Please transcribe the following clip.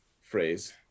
phrase